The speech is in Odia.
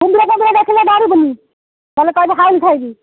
କୁମ୍ଭୀର ଫୁମ୍ଭୀର ଦେଖିଲେ ଡରିବୁନି ନହେଲେ କହିବୁ ହାଉଳି ଖାଇବି